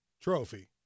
Trophy